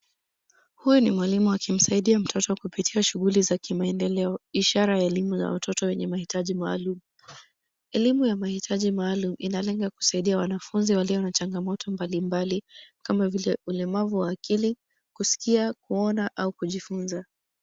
Huyu ni mwalimu akimsaidia mtoto kupitia shughuli za kimaendeleo, ishara ya elimu za watoto wenye mahitaji maalum. Elimu ya mahitaji maalum, inalenga kusaidia wanafunzi walio na changamoto mbalimbali kama vile; ulemavu wa akili, kuskia, kuona au kujifunza.